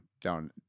down